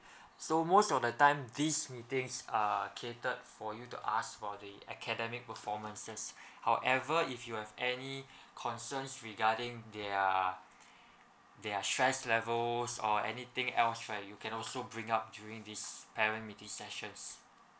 so most of the time these meetings are catered for you to ask for the academic performance yes however if you have any concerns regarding their their stress levels or anything else right you can also bring up during this parent meeting sessions